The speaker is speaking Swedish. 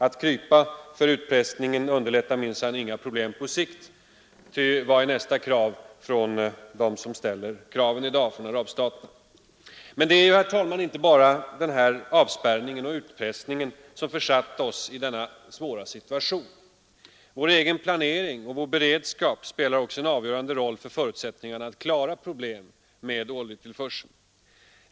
Att krypa för utpressning underlättar minsann inga problem på sikt, ty vilket blir nästa krav från arabstaternas sida? Men det är, herr talman, inte enbart denna avspärrning och utpressning som försatt oss i en svår situation. Vår egen planering och vår beredskap spelar också en avgörande roll för förutsättningarna att klara problemen med oljetillförseln.